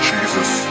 Jesus